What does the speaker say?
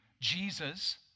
Jesus